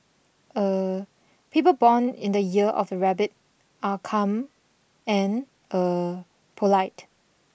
er people born in the year of the Rabbit are calm and er polite